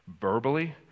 Verbally